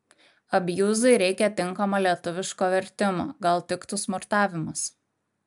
abjuzui reika tinkamo lietuviško vertimo gal tiktų smurtavimas